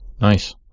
Nice